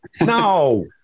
no